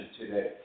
today